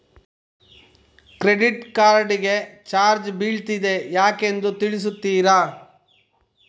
Credit card ಗೆ charge ಬೀಳ್ತಿದೆ ಯಾಕೆಂದು ತಿಳಿಸುತ್ತೀರಾ?